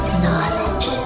knowledge